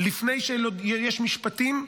לפני שיש משפטים,